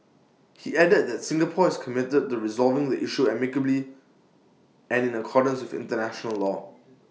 he added that Singapore is committed to resolving the issue amicably and in accordance International law